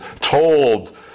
told